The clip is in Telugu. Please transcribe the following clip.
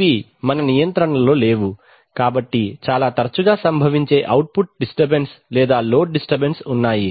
ఇవి మన నియంత్రణలో లేవు కాబట్టి చాలా తరచుగా సంభవించే అవుట్పుట్ డిస్టర్బెన్స్ లేదా లోడ్ డిస్టర్బెన్స్ ఉన్నాయి